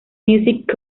music